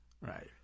Right